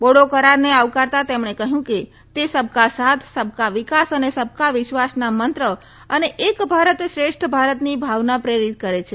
body કરારને આવકારતા તેમણે કહ્યું કે તે સબકા સાથ સબકા વિકાસ અને સબકા વિશ્વાસના મંત્ર અને એક ભારત શ્રેષ્ઠ ભારની ભાવના પ્રેરિત કરે છે